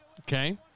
Okay